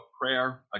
prayer